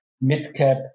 mid-cap